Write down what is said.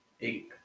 Eight